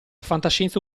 fantascienza